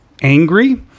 angry